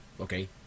okay